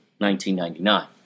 1999